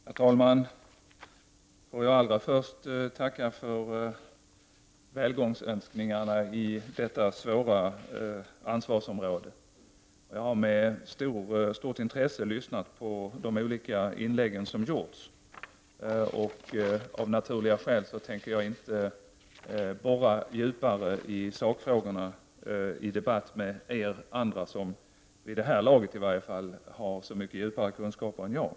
Herr talman! Jag vill först tacka för välgångsönskningarna när det gäller detta svåra ansvarsområde. Jag har med stort intresse lyssnat på de olika in lägg som har gjorts. Av naturliga skäl tänker jag inte borra djupare i sakfrågorna i debatt med er andra som, vid det här laget i varje fall, har så mycket djupare kunskaper än jag.